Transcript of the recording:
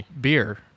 beer